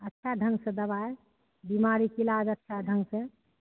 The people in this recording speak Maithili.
अच्छा ढङ्ग से दवाइ बिमारीके इलाज अच्छा ढङ्ग से